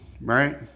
right